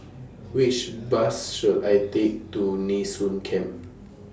Which Bus should I Take to Nee Soon Camp